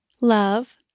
Love